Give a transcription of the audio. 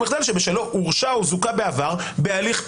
מחדל שבשלו הורשע או זוכה בעבר בהליך פלילי.